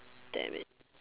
damn it